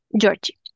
Georgie